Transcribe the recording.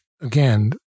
again